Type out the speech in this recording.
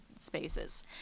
spaces